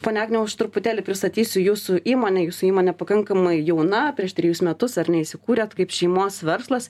pone agniau aš truputėlį pristatysiu jūsų įmonę jūsų įmonė pakankamai jauna prieš trejus metus ar neįsikūrėt kaip šeimos verslas